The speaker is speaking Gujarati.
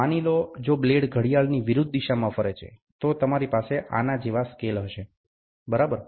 માની લો જો બ્લેડ ઘડિયાળની વિરુદ્ધ દિશામાં ફરે છે તો તમારી પાસે આના જેવા સ્કેલ હશે બરાબર